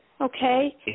Okay